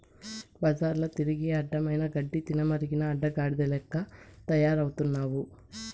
బజార్ల తిరిగి అడ్డమైన గడ్డి తినమరిగి అడ్డగాడిద లెక్క తయారవుతున్నావు